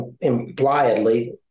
impliedly